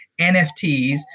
nfts